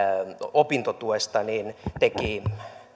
opintotuesta teki